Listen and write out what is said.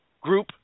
group